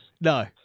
No